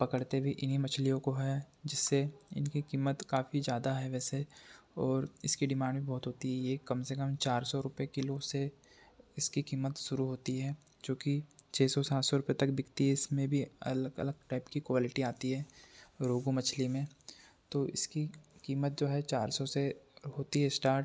पकड़ते भी इन्हीं मछलियों को हैं जिससे इनकी कीमत काफ़ी ज़्यादा है वैसे और इसकी डिमांड भी बहुत होती है ये कम से कम चार सौ रुपए किलो से इसकी कीमत शुरू होती है जोकि छः सौ सात सौ रुपए तक बिकती है इसमें भी अलग अलग टाइप की क्वालिटी आती है रोहू मछली में तो इसकी कीमत जो है चार सौ से होती है इस्टार्ट